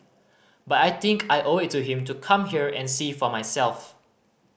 but I think I owe it to him to come here and see for myself